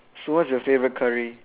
so what's your favorite curry